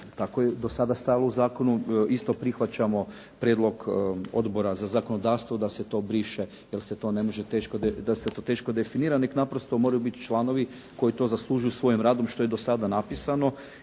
tako je do sada stajalo u zakonu. Isto prihvaćamo prijedlog Odbora za zakonodavstvo da se to briše, jer se to ne može, da se to teško definira, nego naprosto moraju biti članovi koji to zaslužuju svojim radom što je i do sada napisano.